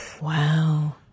Wow